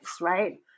right